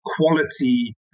quality